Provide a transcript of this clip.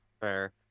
Fair